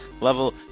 level